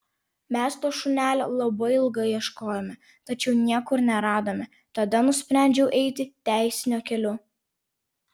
mes to šunelio labai ilgai ieškojome tačiau niekur neradome tada nusprendžiau eiti teisiniu keliu